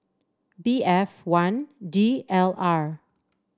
B F one D L R